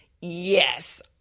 yes